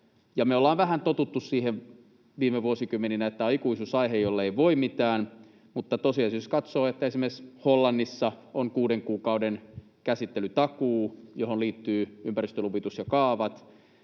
ollaan vähän totuttu viime vuosikymmeninä siihen, että tämä on ikuisuusaihe, jolle ei voi mitään, mutta tosiasiassa, jos katsoo, esimerkiksi Hollannissa on kuuden kuukauden käsittelytakuu, johon liittyvät ympäristöluvitus ja kaavat,